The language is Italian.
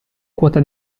quota